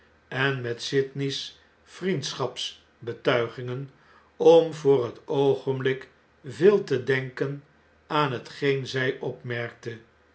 en met sydney's vriendschaps betuigingen om voor het oogenblik veel te denken aan hetgeen zjj opmerkte